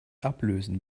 ablösen